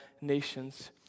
nations